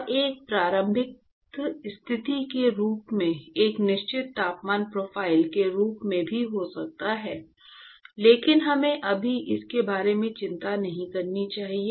और एक प्रारंभिक स्थिति के रूप में एक निश्चित तापमान प्रोफाइल के रूप में भी हो सकता है लेकिन हमें अभी इसके बारे में चिंता नहीं करनी चाहिए